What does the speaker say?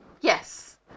Yes